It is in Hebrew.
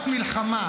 התגייס למלחמה.